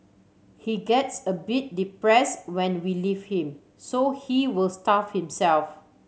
he gets a bit depress when we leave him so he will starve himself